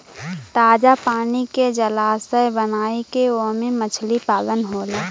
ताजा पानी के जलाशय बनाई के ओमे मछली पालन होला